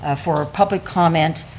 ah for public comment,